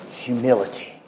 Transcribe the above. humility